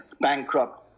bankrupt